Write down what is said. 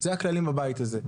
אלה הכללים בבית הזה.